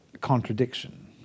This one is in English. contradiction